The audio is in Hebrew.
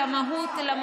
למה אתם מתנגדים?